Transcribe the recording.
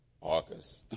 August